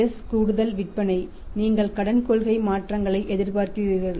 s கூடுதல் விற்பனை நீங்கள் கடன் கொள்கை மாற்றங்களை எதிர்பார்க்கிறீர்கள்